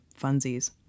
funsies